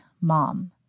mom